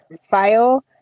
file